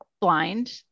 blind